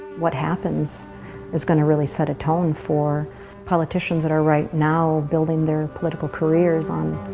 what happens is gonna really set a tone for politicians that are right now building their political careers on